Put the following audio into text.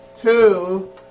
two